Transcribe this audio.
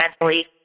mentally